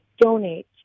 donate